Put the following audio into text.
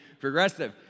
progressive